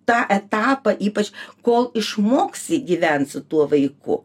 tą etapą ypač kol išmoksi gyvent su tuo vaiku